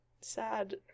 sad